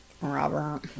Robert